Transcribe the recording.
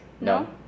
no